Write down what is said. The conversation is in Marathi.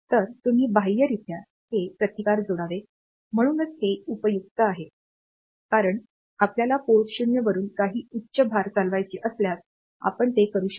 तर तुम्ही बाह्यरित्या हे प्रतिकार जोडावेत म्हणूनच हे उपयुक्त आहे कारण आपल्याला पोर्ट 0 वरून काही उच्च भार चालवायचे असल्यास आपण ते करू शकतो